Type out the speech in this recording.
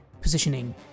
positioning